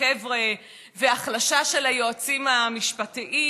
לחבר'ה והחלשה של היועצים המשפטיים